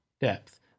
depth